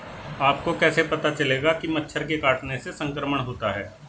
आपको कैसे पता चलेगा कि मच्छर के काटने से संक्रमण होता है?